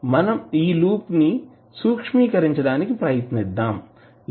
మనం ఈ లూప్ ని సూక్ష్మీకరించడానికి ప్రయత్నిద్దాం లేదా